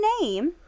name